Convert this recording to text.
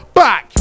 back